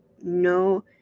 no